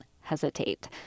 hesitate